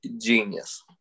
Genius